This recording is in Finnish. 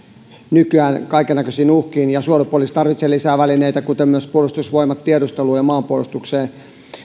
nykyään kaikennäköisiin uhkiin ja suojelupoliisi tarvitsee lisää välineitä kuten myös puolustusvoimat tiedusteluun ja maanpuolustukseen